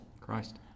Christ